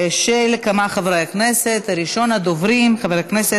הצעות לסדר-היום מס'